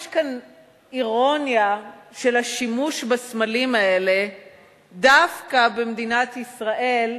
יש אירוניה בשימוש בסמלים האלה דווקא במדינת ישראל,